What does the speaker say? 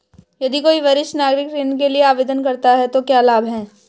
यदि कोई वरिष्ठ नागरिक ऋण के लिए आवेदन करता है तो क्या लाभ हैं?